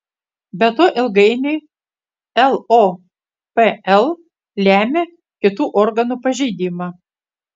be to ilgainiui lopl lemia kitų organų pažeidimą